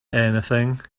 anything